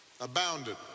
abounded